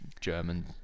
German